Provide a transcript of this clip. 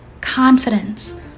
confidence